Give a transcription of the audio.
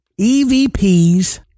EVPs